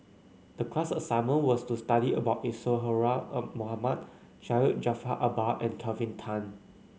the class assignment was to study about Isadhora Mohamed Syed Jaafar Albar and Kelvin Tan